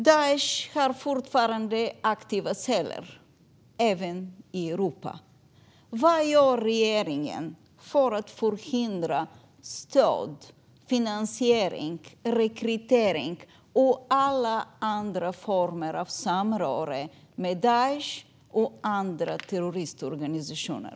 Daish har fortfarande aktiva celler även i Europa. Vad gör regeringen för att förhindra stöd, finansiering, rekrytering och alla andra former av samröre med Daish och andra terroristorganisationer?